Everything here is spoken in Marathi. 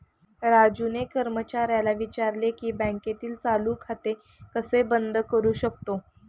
राजूने कर्मचाऱ्याला विचारले की बँकेतील चालू खाते कसे बंद करू शकतो?